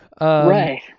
Right